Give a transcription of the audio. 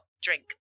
drink